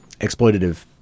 exploitative